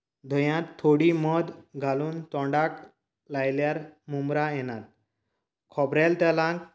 धंयांत थोडी मध घालून तोंडाक लायल्यार मुमरां येनांत खोबरेल तेलांत